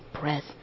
breath